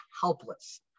helpless